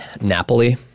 Napoli